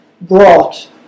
brought